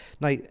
Now